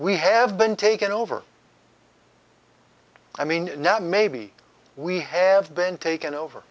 we have been taken over i mean now maybe we have been taken over